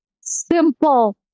simple